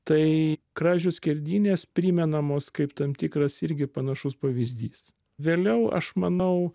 tai kražių skerdynės primenamos kaip tam tikras irgi panašus pavyzdys vėliau aš manau